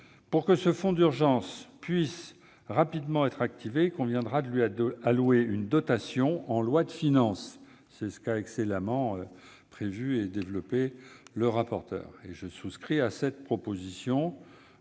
Pour que ce fonds d'urgence puisse rapidement être activé, il conviendra de lui allouer une dotation en loi de finances. C'est ce qu'a excellemment prévu et développé le rapporteur, et je fais mienne sa proposition